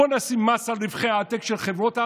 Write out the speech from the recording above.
בוא נשים מס על רווחי העתק של חברות הענק.